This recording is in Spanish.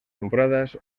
temporadas